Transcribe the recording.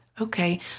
okay